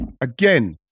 again